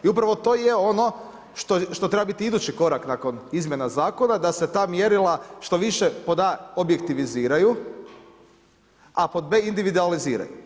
I upravo to i je ono što treba biti idući korak, nakon izmjene zakona da se ta mjerila što više pod A objektiviraju, a pod B individualiziraju.